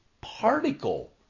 particle